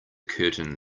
curtain